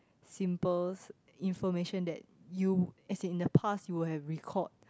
symbols information that you as in in the past you would have recalled